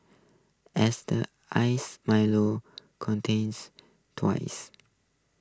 as the iced milo contains twice